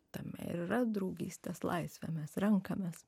tame ir yra draugystės laisvė mes renkamės